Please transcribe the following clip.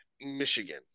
Michigan